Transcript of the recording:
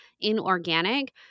inorganic